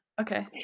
okay